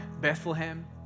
Bethlehem